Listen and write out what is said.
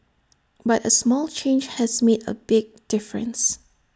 but A small change has made A big difference